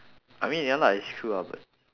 I mean ya lah it's true ah but